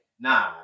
Nah